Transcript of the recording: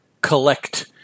collect